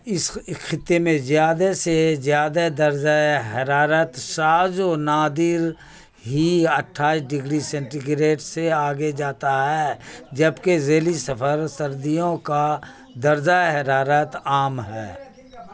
اس خطے میں زیادہ سے زیادہ درجہ حرارت شاذ و نادر ہی اٹھائیس ڈگری سینٹیگریٹ سے آگے جاتا ہے جبکہ ذیلی صفر سردیوں کا درجہ حرارت عام ہے